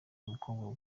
umukobwa